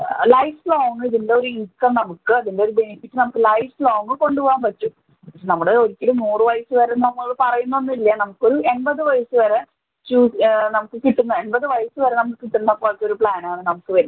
life long ഇതിൻ്റ ഒര് income നമുക്ക് അതിൻ്റെ ഒരു ബെനിഫിറ്റ് നമുക്ക് ലൈഫ് ലോങ്ങ് കൊണ്ടുപോവാം പറ്റും പക്ഷേ നമ്മൾ ഒരിക്കലും നൂറ് വയസ്സുവരെ നമ്മൾ പറയുന്നൊന്നുമില്ലാ നമുക്കൊരു എൺപത് വയസ്സുവരെ ചൂസ് നമുക്ക് കിട്ടുന്ന എൺപത് വയസ്സുവരെ നമുക്ക് കിട്ടുന്ന പോലത്തൊരു പ്ലാൻ ആണ് നമുക്ക് വരുന്നത്